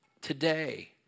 today